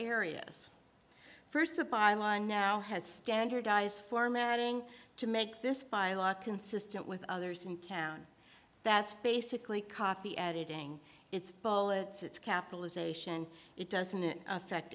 areas first a byline now has standardize formatting to make this bylaw consistent with others in town that's basically copy editing it's ball it's capitalization it doesn't affect